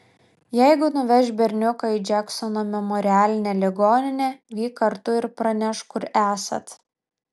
jeigu nuveš berniuką į džeksono memorialinę ligoninę vyk kartu ir pranešk kur esat